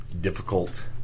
difficult